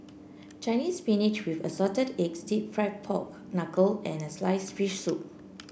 Chinese Spinach with Assorted Eggs deep fried Pork Knuckle and sliced fish soup